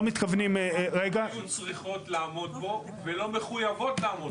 למה הן צריכות לעמוד בו ולא מחויבות לעמוד בו?